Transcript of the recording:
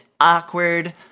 awkward